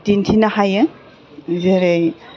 दिन्थिनो हायो जेरै